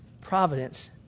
providence